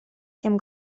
тем